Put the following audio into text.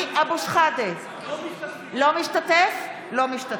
לא משתתפים.